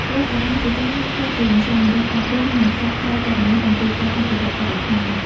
វត្តអារាមជាច្រើនបានក្លាយជាមជ្ឈមណ្ឌលអប់រំ និងផ្សព្វផ្សាយព័ត៌មានអំពីការអភិរក្សបរិស្ថាន។